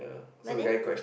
but then